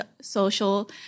social